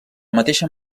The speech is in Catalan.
mateixa